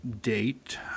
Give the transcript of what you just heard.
date